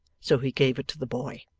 so he gave it to the boy.